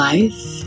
Life